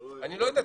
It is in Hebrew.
אני לא יודע,